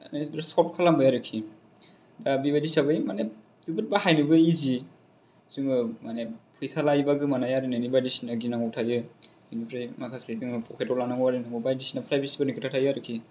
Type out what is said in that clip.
Sept खालामबाय आरोखि दा बेबादि हिसाबै माने जोबोर बाहायनोबो इजि जोङो माने फैसा लायोब्ला गोमानाय आरिनाय बायदिसिना गिनांगौ थायो बिनिफ्राय माखासे जोङो पखेतआव लानांगौ आरइनआंगऔ बायदिसिना फ्रायबिसिफोरनि खोथा थायो आरोखि